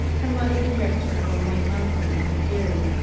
her mother had dressed her all in white muslin like a fairy,